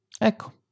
Ecco